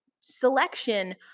selection